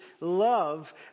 love